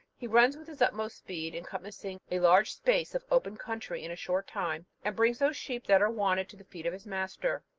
he runs with his utmost speed, encompassing a large space of open country in a short time, and brings those sheep that are wanted to the feet of his master.